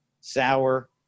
sour